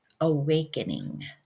awakening